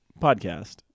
podcast